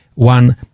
One